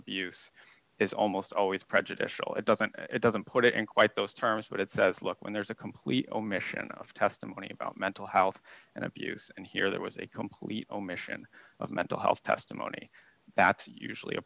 abuse is almost always prejudicial it doesn't it doesn't put it in quite those terms but it says look when there's a complete omission of testimony about mental health and abuse and here there was a complete omission of mental health testimony that's usually a